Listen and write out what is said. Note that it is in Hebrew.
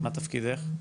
מה תפקידך?